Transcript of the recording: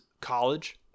college